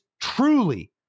truly